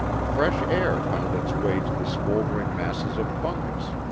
fresh air found its way to the smouldering masses of fungus.